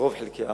ברוב חלקי הארץ.